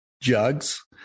jugs